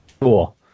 Cool